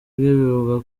bivugwa